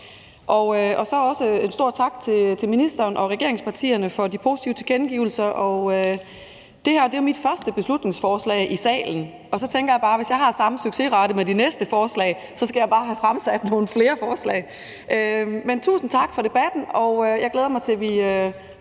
også sige en stor tak til ministeren og regeringspartierne for de positive tilkendegivelser. Det her er mit første beslutningsforslag i salen, og jeg tænker bare, at hvis jeg har samme til succesrate med de næste beslutningsforslag, skal jeg bare have fremsat nogle flere. Tusind tak for debatten, og jeg glæder mig til, at vi